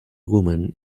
woman